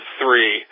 three